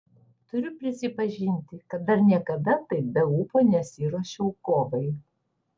turiu prisipažinti kad dar niekada taip be ūpo nesiruošiau kovai